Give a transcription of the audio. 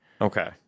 Okay